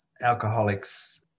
alcoholics